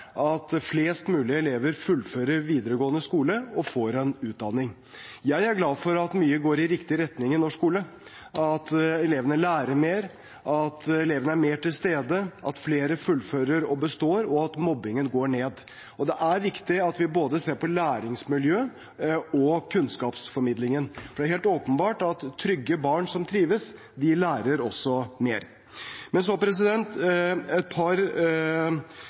at flest mulig elever fullfører videregående skole og får en utdanning. Jeg er glad for at mye går i riktig retning i norsk skole, at elevene lærer mer, at elevene er mer til stede, at flere fullfører og består, og at mobbingen går ned. Det er viktig at vi ser på både læringsmiljøet og kunnskapsformidlingen. Det er helt åpenbart at trygge barn som trives, lærer mer.